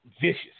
vicious